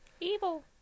evil